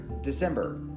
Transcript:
December